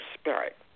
spirit